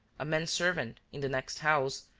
a man-servant in the next house,